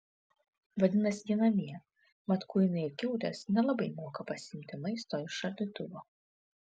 vadinasi ji namie mat kuinai ir kiaulės nelabai moka pasiimti maisto iš šaldytuvo